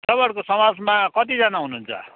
तपाईँहरूको समाजमा कतिजना हुनुहुन्छ